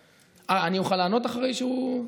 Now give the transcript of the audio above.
אני אוכל לענות אחרי שהוא,